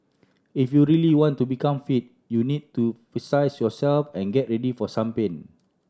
if you really want to become fit you need to yourself and get ready for some pain